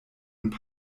und